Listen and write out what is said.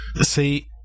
See